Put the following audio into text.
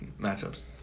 matchups